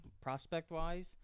prospect-wise